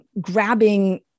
grabbing